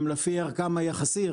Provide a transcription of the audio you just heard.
הם לפי ערכם היחסי.